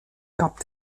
gab